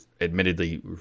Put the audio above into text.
admittedly